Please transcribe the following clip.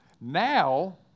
Now